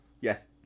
Yes